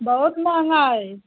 बहुत महंगा हैं